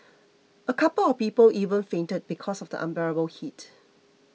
a couple of people even fainted because of the unbearable heat